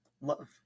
love